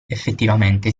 effettivamente